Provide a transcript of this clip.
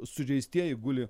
sužeistieji guli